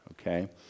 Okay